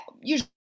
usually